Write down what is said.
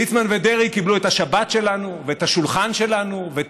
ליצמן ודרעי קיבלו את השבת שלנו ואת השולחן שלנו ואת